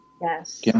Yes